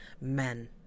Men